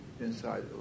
inside